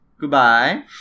goodbye